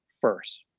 first